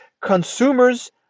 consumers